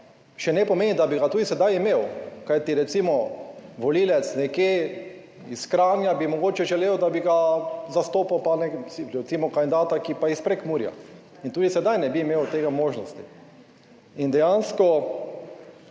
še ne pomeni, da bi ga tudi sedaj imel, kajti recimo volivec nekje iz Kranja bi mogoče želel, da bi ga zastopal, pa recimo kandidata, ki je pa iz Prekmurja in tudi sedaj ne bi imel te možnosti. In dejansko